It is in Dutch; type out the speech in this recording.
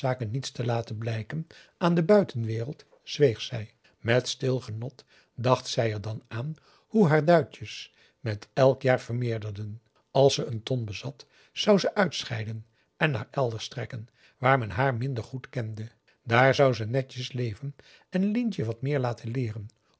niets te laten blijken aan de buitenwereld zweeg zij met stil genot dacht zij er dan aan hoe haar duitjes met elk jaar vermeerderden als ze een ton bezat zou ze uitscheiden en naar elders trekken waar men haar minder goed kende p a daum de van der lindens c s onder ps maurits daar zou ze netjes leven en lientje wat meer laten leeren